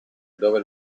dove